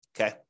okay